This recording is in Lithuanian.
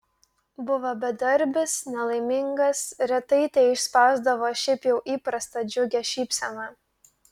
buvo bedarbis nelaimingas retai teišspausdavo šiaip jau įprastą džiugią šypseną